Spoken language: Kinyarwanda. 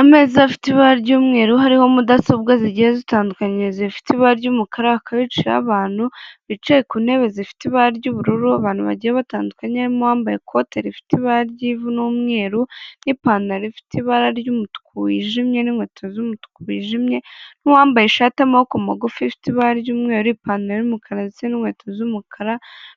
Ameza afite ibara ry'umweru hariho mudasobwa zigiye zitandukanye zifite ibara ry'umukara, hakaba hicayeho abantu bicaye ku ntebe zifite ibara ry'ubururu, abantu bagiye batandukanye harimo uwambaye ikote rifite ibara ry'ivu n'umweru n'ipantaro ifite ibara ry'umutuku wijimye n'inkweto z'umutuku wijimye n'uwambaye ishati y'amaboko magufi ifite ibara ry'umweru, ipantaro y'umukara ndetse n'inkweto z'umukara